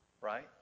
right